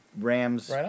Rams